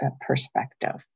perspective